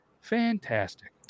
Fantastic